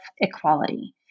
equality